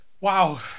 Wow